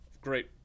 great